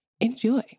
enjoy